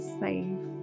safe